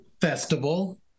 festival